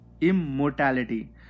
immortality